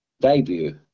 debut